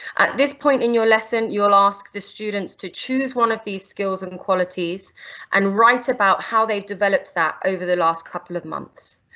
at this point in your lesson you'll ask the students to choose one of these skills and qualities and write about how they've developed that over the last couple of months.